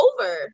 over